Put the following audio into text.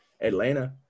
Atlanta